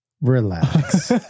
Relax